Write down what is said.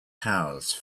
housed